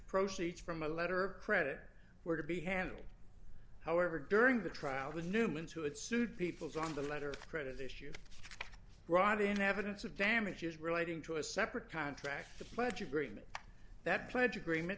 proceeds from a letter credit were to be handled however during the trial the newmans who had sued peoples on the letter of credit issue brought in evidence of damages relating to a separate contract the pledge agreement that pledge agreement